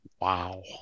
Wow